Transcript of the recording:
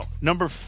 number